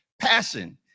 Passion